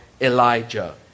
Elijah